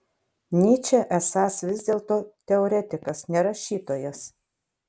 nyčė esąs vis dėlto teoretikas ne rašytojas